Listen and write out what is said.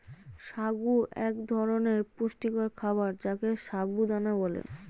সাগু এক ধরনের পুষ্টিকর খাবার যাকে সাবু দানা বলে